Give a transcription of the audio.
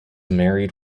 married